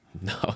No